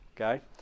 okay